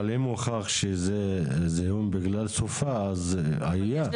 אבל אם הוכח שזה זיהום בגלל סופה אז היה.